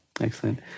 excellent